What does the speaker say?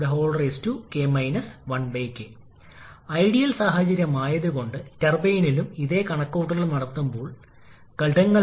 അതിനാൽ അത് തുല്യമായിരിക്കണം ലേക്ക് 𝑐 𝑇3 𝑇2𝑎 അതിനാൽ നിങ്ങൾക്ക് ഈ കേസിൽ താപ ദക്ഷത എളുപ്പത്തിൽ കണക്കാക്കാൻ കഴിയുന്ന താപ സങ്കലനം 19